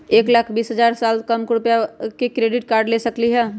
एक लाख बीस हजार के साल कम रुपयावाला भी क्रेडिट कार्ड ले सकली ह?